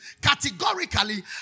categorically